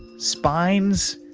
spines,